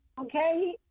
Okay